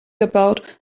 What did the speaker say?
about